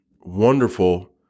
wonderful